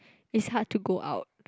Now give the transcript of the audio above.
is hard to go out